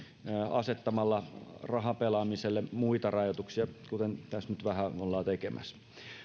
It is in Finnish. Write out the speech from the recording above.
asettamalla rahapelaamiselle muita rajoituksia kuten tässä nyt vähän ollaan tekemässä